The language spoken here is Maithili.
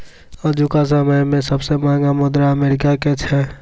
आजुका समय मे सबसे महंगा मुद्रा अमेरिका के छै